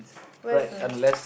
where's the